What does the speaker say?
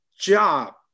job